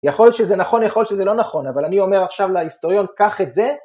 יכול להיות שזה נכון, יכול להיות שזה לא נכון, אבל אני אומר עכשיו להיסטוריון, קח את זה.